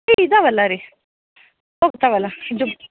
ಇದಾವಲ್ಲಾ ರೀ ಹೋಗ್ತಾವಲ್ಲ ಜುಬ್